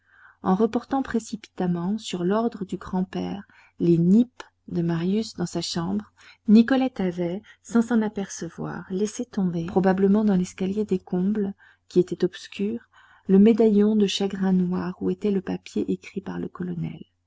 en reportant précipitamment sur l'ordre du grand-père les nippes de marius dans sa chambre nicolette avait sans s'en apercevoir laissé tomber probablement dans l'escalier des combles qui était obscur le médaillon de chagrin noir où était le papier écrit par le colonel